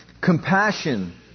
Compassion